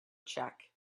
check